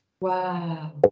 Wow